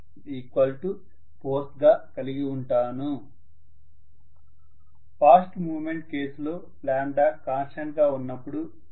విద్యార్థి fast moment కేసులో lambda constant గా ఉన్నప్పుడు కరెంటు ఎలా తగ్గుతుంది